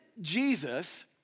Jesus